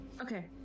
Okay